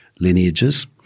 lineages